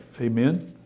amen